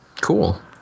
Cool